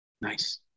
Nice